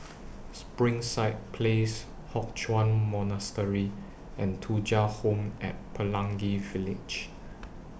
Springside Place Hock Chuan Monastery and Thuja Home At Pelangi Village